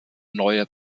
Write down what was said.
neue